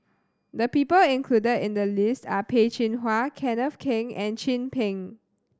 the people included in the list are Peh Chin Hua Kenneth Keng and Chin Peng